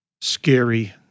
scary